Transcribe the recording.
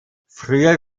früher